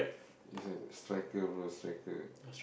he's an striker bro striker